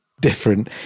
Different